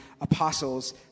apostles